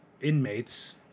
inmates